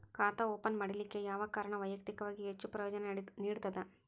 ಖಾತಾ ಓಪನ್ ಮಾಡಲಿಕ್ಕೆ ಯಾವ ಕಾರಣ ವೈಯಕ್ತಿಕವಾಗಿ ಹೆಚ್ಚು ಪ್ರಯೋಜನ ನೇಡತದ?